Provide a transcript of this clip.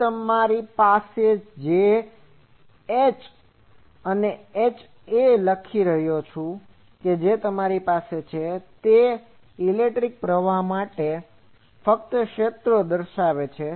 પછી તમારી પાસે છે HA હવે તમે જોશો કે હું HA લખી રહ્યો છું તે ઇલેક્ટ્રિક પ્રવાહ માટે ફક્ત ક્ષેત્ર દર્શાવે છે